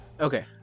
Okay